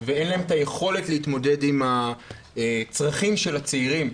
ואין להן את היכולת להתמודד עם הצרכים של הצעירים.